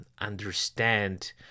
understand